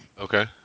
okay